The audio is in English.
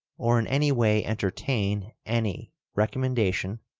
or in any way entertain any recommendation,